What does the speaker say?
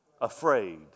afraid